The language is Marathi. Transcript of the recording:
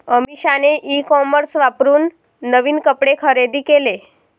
अमिषाने ई कॉमर्स वापरून नवीन कपडे खरेदी केले